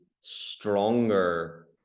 stronger